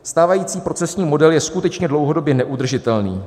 Stávající procesní model je skutečně dlouhodobě neudržitelný.